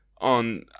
on